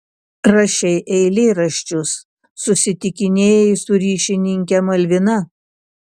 rašei eilėraščius susitikinėjai su ryšininke malvina